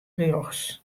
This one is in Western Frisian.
rjochts